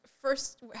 First